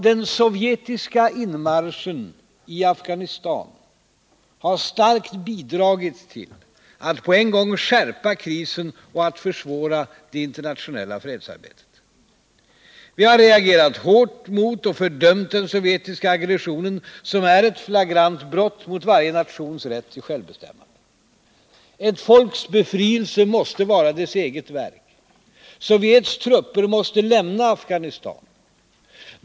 Den sovjetiska inmarschen i Afghanistan har starkt bidragit till att på en gång skärpa krisen och försvåra det internationella fredsarbetet. Vi har reagerat hårt mot och fördömt den sovjetiska aggressionen, som är ett flagrant brott mot varje nations rätt till självbestämmande. Ett folks befrielse måste vara dess eget verk. Sovjets trupper måste lämna Afghanistan.